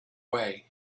way